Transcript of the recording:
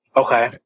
okay